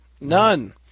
None